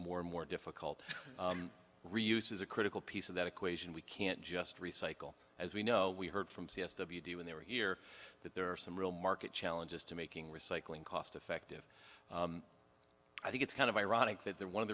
more and more difficult reuse is a critical piece of that equation we can't just recycle as we know we heard from c s w do when they were here that there are some real market challenges to making recycling cost effective i think it's kind of ironic that they're one of